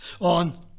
on